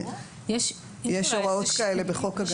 יש הוראות כאלה בחוק הגנה על הציבור --- יש